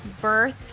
birth